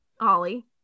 Ollie